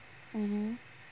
mmhmm